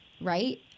Right